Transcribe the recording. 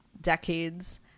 decades